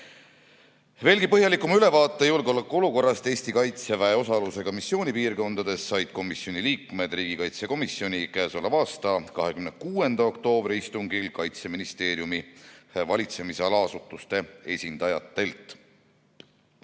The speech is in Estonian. Veelgi põhjalikuma ülevaate julgeolekuolukorrast Eesti Kaitseväe osalusega missioonipiirkondades said komisjoni liikmed riigikaitsekomisjoni k.a 26. oktoobri istungil Kaitseministeeriumi valitsemisala asutuste esindajatelt.